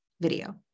video